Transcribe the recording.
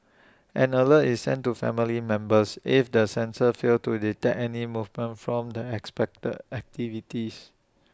an alert is sent to family members if the sensors fail to detect any movement from the expected activities